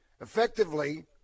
effectively